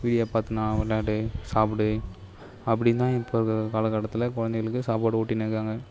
video பார்த்துனா விளாடு சாப்புடு அப்படிதான் இப்போ இருக்கற காலகட்டத்தில் குழந்தைகளுக்கு சாப்பாடு ஊட்டினு இருக்காங்க